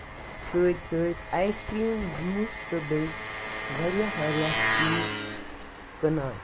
سۭتۍ سۭتۍ ice cream juice تہٕ بیٚیہِ واریاہ واریاہ چیٖز کٔنان